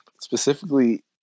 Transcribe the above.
Specifically